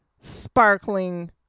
sparkling